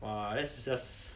!wah! that's just